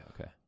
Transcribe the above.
okay